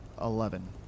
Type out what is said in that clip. Eleven